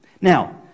Now